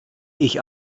ich